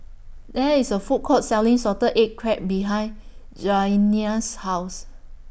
There IS A Food Court Selling Salted Egg Crab behind Janiya's House